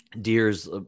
Deer's